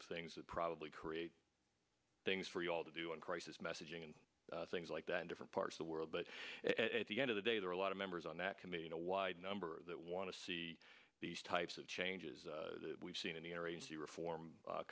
of things that probably create things for you all to do in crisis messaging and things like that in different parts the world but at the end of the day there are a lot of members on that committee in a wide number that want to see these types of changes we've seen in the area the reform